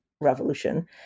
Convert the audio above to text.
Revolution